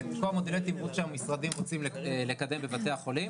כל הדברים שהמשרדים רוצים לקדם בבתי החולים.